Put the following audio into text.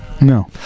no